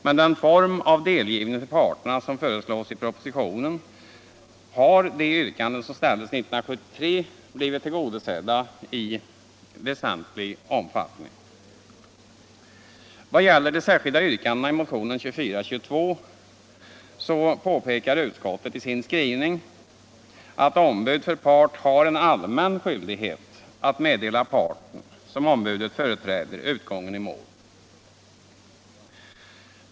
Med den form av delgivning till parterna som föreslås i propositionen har de yrkanden som ställdes år 1973 blivit tillgodosedda i väsentlig omfattning. Vad gäller de särskilda yrkandena i motionen 2422 så påpekar utskottet i sin skrivning att ombud för part har en allmän skyldighet att meddela parten som ombudet företräder utgången i mål.